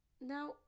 Now